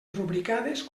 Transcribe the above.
rubricades